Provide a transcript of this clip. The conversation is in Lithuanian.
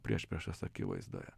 priešpriešos akivaizdoje